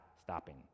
stopping